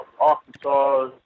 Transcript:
Arkansas